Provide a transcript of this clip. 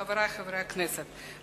חברי חברי הכנסת,